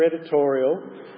editorial